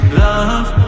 love